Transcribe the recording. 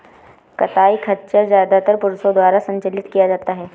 कताई खच्चर ज्यादातर पुरुषों द्वारा संचालित किया जाता था